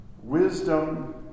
Wisdom